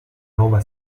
nuova